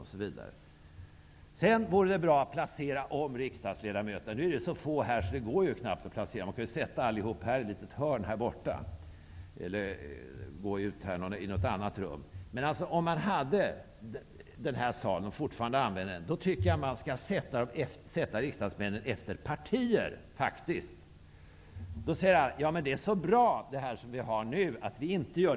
Jag tycker också att man borde placera om riksdagsledamöterna -- nu är det ju så få här att det knappast går. -- Då får man sätta alla i ett hörn. -- Jag tycker faktiskt att man bör placera ledamöterna efter partitillhörighet. Då säger många: Det system vi har nu är så bra.